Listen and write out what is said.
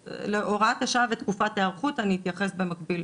אז להוראת השעה ותקופת ההיערכות אני אתייחס במקביל.